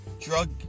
drug